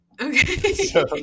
Okay